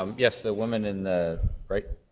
um yes, the woman in the, right,